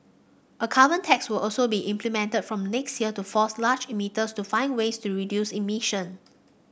a carbon tax will also be implemented from next year to force large emitters to find ways to reduce emission